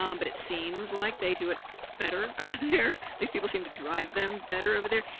um but it seems like they do it better over there. those people seem to drive them better over there.